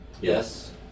Yes